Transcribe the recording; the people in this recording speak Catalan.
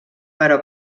però